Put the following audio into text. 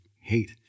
hate